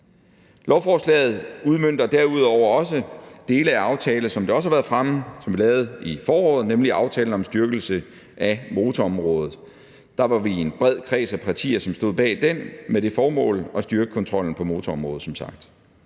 Lovforslaget udmønter derudover også dele af en aftale, som det også har været fremme, som vi lavede i foråret, nemlig aftale om styrkelse af motorområdet. Der var vi en bred kreds af partier, som stod bag den med det formål at styrke kontrollen på motorområdet som sagt.